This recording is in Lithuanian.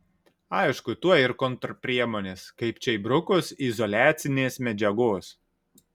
aišku tuoj ir kontrpriemonės kaip čia įbrukus izoliacinės medžiagos